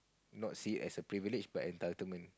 not see as a privilege but entitlement